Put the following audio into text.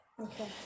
Okay